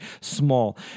small